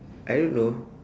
I don't know